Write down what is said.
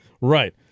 Right